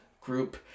group